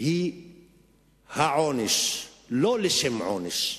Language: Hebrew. היא העונש, לא לשם עונש,